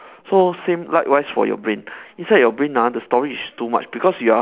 so same likewise for your brain inside our brain ah the storage is too much because you are